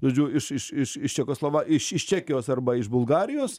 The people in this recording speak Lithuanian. žodžiu iš iš iš iš čekoslova iš iš čekijos arba iš bulgarijos